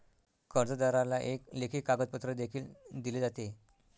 कर्जदाराला एक लेखी कागदपत्र देखील दिले जाते